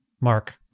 Mark